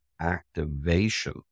activation